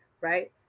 right